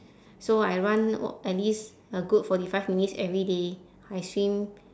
so I run at least a good forty five minutes every day I swim